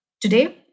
today